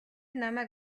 намайг